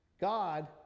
God